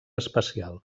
especial